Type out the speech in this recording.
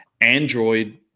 android